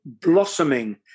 blossoming